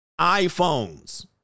iPhones